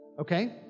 Okay